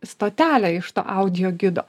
stotelę iš to audiogido